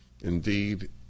Indeed